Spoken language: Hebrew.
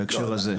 בהקשר הזה.